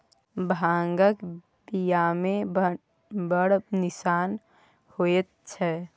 भांगक बियामे बड़ निशा होएत छै